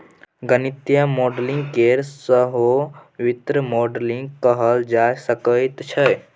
गणितीय मॉडलिंग केँ सहो वित्तीय मॉडलिंग कहल जा सकैत छै